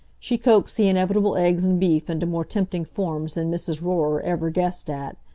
she coaxed the inevitable eggs and beef into more tempting forms than mrs. rorer ever guessed at.